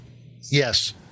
Yes